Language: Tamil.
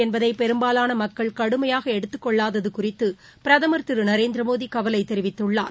என்பதைபெரும்பாலானமக்கள் கடுமையாகஎடுத்துக் கொள்ளாததுகுறித்துபிரதமர் தடைவிதிப்பு திருநரேந்திரமோடிகவலைதெரிவித்துள்ளார்